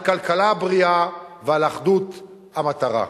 על כלכלה בריאה ועל אחדות המטרה.